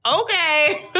Okay